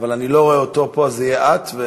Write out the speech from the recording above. אבל אני לא רואה אותו פה, אז זו תהיה את.